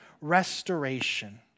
restoration